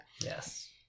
Yes